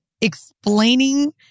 explaining